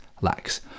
lacks